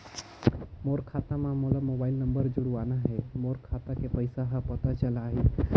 मोर खाता मां मोला मोबाइल नंबर जोड़वाना हे मोर खाता के पइसा ह पता चलाही?